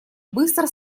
быстро